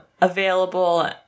available